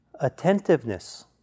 Attentiveness